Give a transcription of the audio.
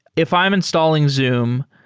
if i'm installing zoom,